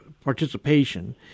participation